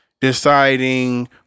deciding